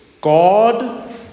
God